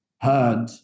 heard